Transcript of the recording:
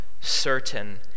certain